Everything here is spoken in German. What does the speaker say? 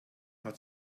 hat